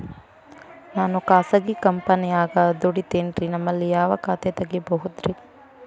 ನಾನು ಖಾಸಗಿ ಕಂಪನ್ಯಾಗ ದುಡಿತೇನ್ರಿ, ನಿಮ್ಮಲ್ಲಿ ಯಾವ ಖಾತೆ ತೆಗಿಬಹುದ್ರಿ?